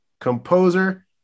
composer